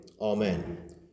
amen